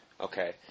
Okay